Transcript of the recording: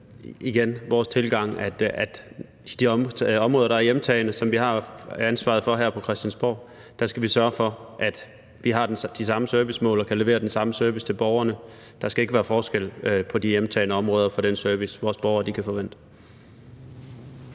jo vores tilgang, at på de områder, der er hjemtagne, og som vi har ansvaret for her på Christiansborg, skal vi sørge for, at vi har de samme servicemål og kan levere den samme service til borgerne. Der skal på de hjemtagne områder ikke være forskel på den service, vores borgere kan forvente.